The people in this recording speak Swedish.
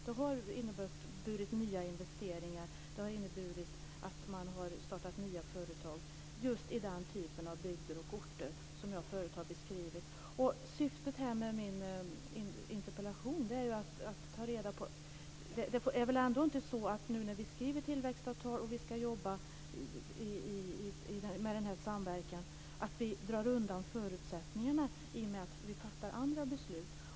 Det har inneburit nya investeringar och att man har startat nya företag just i den typ av bygder och orter som jag förut har beskrivit. Syftet med min interpellation är att ta reda på hur man tänkt sig det hela. Det är väl ändå inte så när vi nu skriver tillväxtavtal och ska jobba med samverkan att vi drar undan förutsättningarna genom att vi fattar andra beslut?